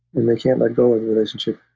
and they can't let go of a relationship.